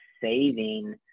saving